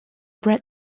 bread